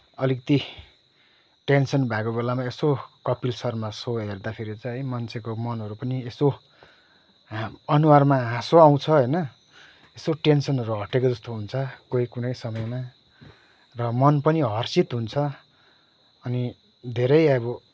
अलिकति टेन्सन भएको बेलामा यसो कपिल शर्मा सो हेर्दाखेरि त है मान्छेको मनहरू पनि यसो हाँ अनुहारमा हाँसो आउँछ होइन यसो टेन्सनहरू हटेको जस्तो हुन्छ कोही कुनै समयमा र मन पनि हर्षित हुन्छ अनि धेरै अब